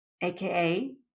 AKA